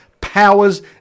powers